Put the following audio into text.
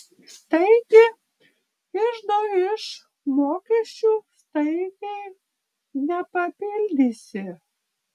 taigi iždo iš mokesčių staigiai nepapildysi